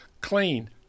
clean